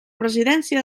presidència